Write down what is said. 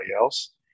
else